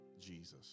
Jesus